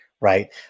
right